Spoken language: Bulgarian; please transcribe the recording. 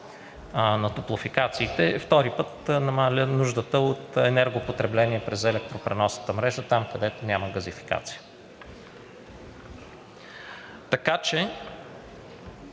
на топлофикациите, втори път намалява нуждата от енергопотребление през електропреносната мрежа, там, където няма газификация. Така че